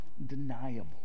undeniable